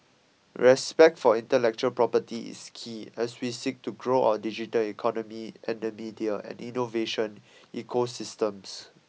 respect for intellectual property is key as we seek to grow our digital economy and the media and innovation ecosystems